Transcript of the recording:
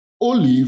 olive